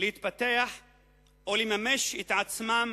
להתפתח ולממש את עצמם